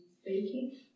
speaking